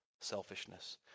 selfishness